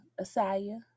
Asaya